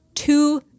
Two